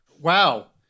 Wow